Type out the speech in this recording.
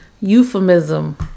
euphemism